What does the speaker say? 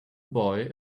boy